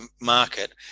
market